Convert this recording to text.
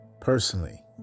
personally